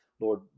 lord